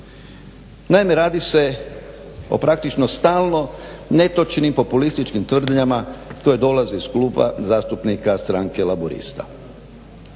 Naime radi se o praktično stalno netočnim populističkim tvrdnjama koje dolaze iz Kluba zastupnika Stranke laburista.